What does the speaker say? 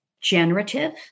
generative